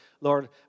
Lord